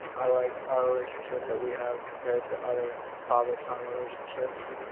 i like our relationship that we have compared to other father-son relationships